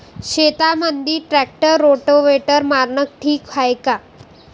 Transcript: शेतामंदी tractor rotavator मारनं ठीक हाये का?